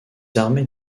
armées